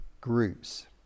groups